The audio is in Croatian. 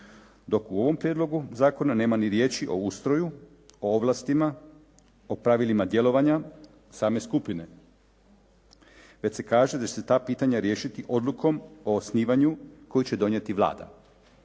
dok u ovom prijedlogu zakona nema ni riječi o ustroju, o ovlastima, o pravilima djelovanja same skupine, već se kaže da će se ta pitanja riješiti odlukom o osnivanju koju će donijeti Vlada.